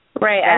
Right